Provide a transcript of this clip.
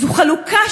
אחר כך,